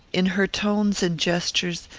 in her tones and gestures,